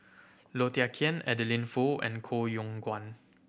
Low Thia Khiang Adeline Foo and Koh Yong Guan